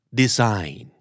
design